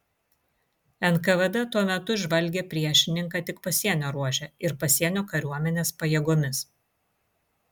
nkvd tuo metu žvalgė priešininką tik pasienio ruože ir pasienio kariuomenės pajėgomis